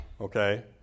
okay